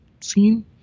scene